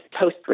post